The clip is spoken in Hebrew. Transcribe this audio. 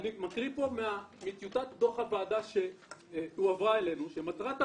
אני מקריא מטיוטת דו"ח הוועדה שהועברה אלינו: "מטרת הוועדה,